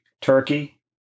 Turkey